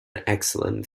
excellent